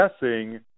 guessing